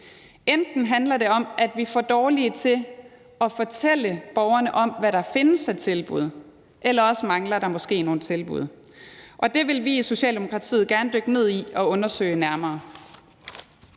Enten handler det om, at vi er for dårlige til at fortælle borgerne om, hvad der findes af tilbud, eller også mangler der måske nogle tilbud, og det vil vi i Socialdemokratiet gerne dykke ned i og undersøge nærmere.